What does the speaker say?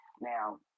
Now